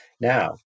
Now